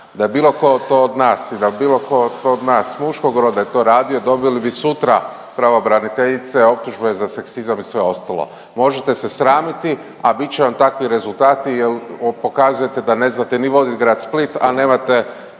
je bilo tko to od nas i da bilo tko to od nas muškog roda je to radio dobili bi sutra pravobraniteljice optužbe za seksizam i sve ostalo. Možete se sramiti, a bit će vam takvi rezultati jer pokazujete da ne znate ni voditi grad Split, a nemate